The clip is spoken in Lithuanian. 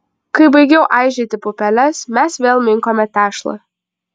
kai baigiau aižyti pupeles mes vėl minkome tešlą